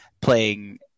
playing